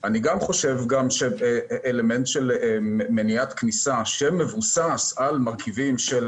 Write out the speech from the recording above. אני גם חושב שאלמנט של מניעת כניסה שמבוסס על מרכיבים של